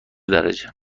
درجه